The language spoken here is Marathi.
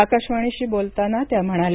आकाशवाणीशी बोलताना त्या म्हणाल्या